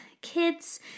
kids